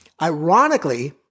Ironically